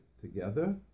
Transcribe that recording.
together